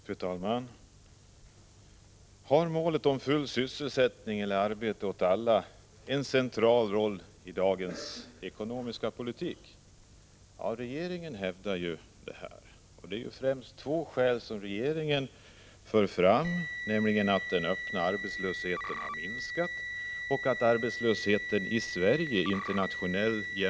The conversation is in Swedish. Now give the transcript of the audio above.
Fru talman! Har målet full sysselsättning eller arbete åt alla en central roll i dagens ekonomiska politik? Ja, regeringen hävdar ju detta. Regeringen för i huvudsak fram två skäl: dels att den öppna arbetslösheten har minskat, dels att arbetslösheten är lägre än i andra länder.